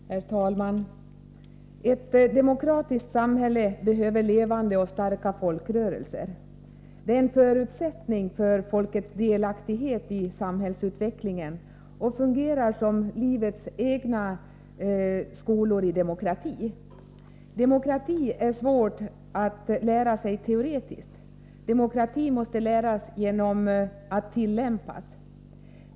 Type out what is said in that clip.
Herr talman! Ett demokratiskt samhälle behöver levande och starka folkrörelser. De är en förutsättning för folkets delaktighet i samhällsutvecklingen och fungerar som skolor i demokrati. Demokrati är svårt att lära sig teoretiskt. Demokrati måste läras genom att tillämpas.